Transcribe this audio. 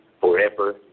forever